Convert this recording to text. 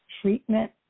treatment